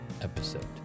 episode